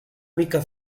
mica